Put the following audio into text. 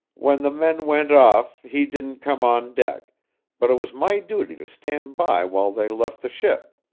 when the men went off he didn't come on deck but it was my duty to stand by while they left the ship.